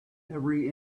every